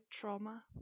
trauma